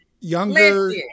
younger